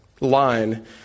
line